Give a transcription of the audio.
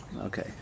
Okay